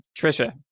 trisha